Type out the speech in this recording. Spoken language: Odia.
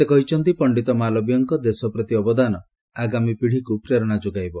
ସେ କହିଛନ୍ତି ପଶ୍ଚିତ ମାଲବୀୟଙ୍କ ଦେଶପ୍ରତି ଅବଦାନ ଆଗାମୀ ପିଢ଼ୀକୁ ପ୍ରେରଣା ଯୋଗାଇବ